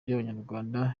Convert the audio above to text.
by’abanyarwanda